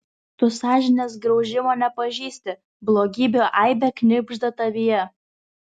tu sąžinės graužimo nepažįsti blogybių aibė knibžda tavyje